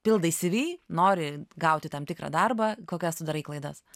pildai cv nori gauti tam tikrą darbą kokias tu darai klaidas